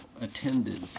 attended